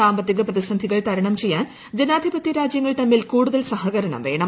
സാമ്പത്തിക പ്രതിസന്ധികൾ തരണം ചെയ്യാൻ ജനാധിപത്യ രാജ്യങ്ങൾ തമ്മിൽ കൂടുതൽ സഹകരണം വ്യേണം